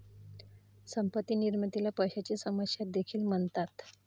संपत्ती निर्मितीला पैशाची समस्या देखील म्हणतात